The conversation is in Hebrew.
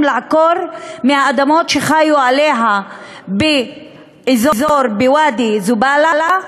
לעקור מהאדמות שחיו עליהן באזור ואדי-זובאלה,